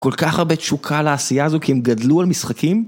כל כך הרבה תשוקה לעשייה הזו כי הם גדלו על משחקים?